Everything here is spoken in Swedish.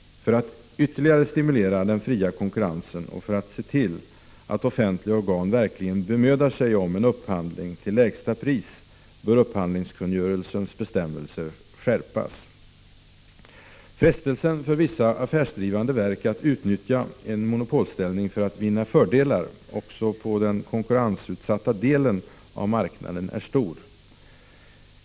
För att ytterligare stimulera den fria konkurrensen och för att se till att offentliga organ verkligen Prot. 1985/86:53 bemödar sig om en upphandling till lägsta pris bör upphandlingskungörelsens 17 december 1985 bestämmelser skärpas. ERE IRA AE? SSL Frestelsen för vissa affärsdrivande verk att utnyttja en monopolställning för att vinna fördelar också på den konkurrensutsatta delen av marknaden är stor.